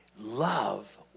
love